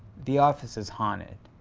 the office is haunted,